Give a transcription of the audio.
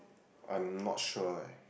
I'm not sure eh